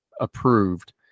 approved